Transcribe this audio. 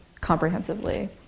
comprehensively